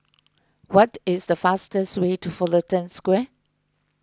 what is the fastest way to Fullerton Square